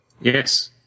Yes